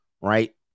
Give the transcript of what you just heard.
right